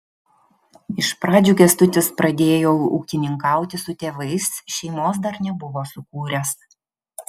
iš pradžių kęstutis pradėjo ūkininkauti su tėvais šeimos dar nebuvo sukūręs